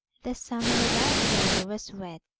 the summer that year was wet,